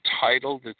title